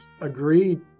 agreed